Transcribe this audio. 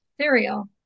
cereal